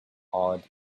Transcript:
awed